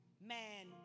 Man